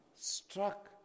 struck